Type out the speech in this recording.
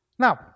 Now